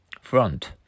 Front